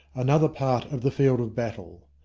another part of the field of battle.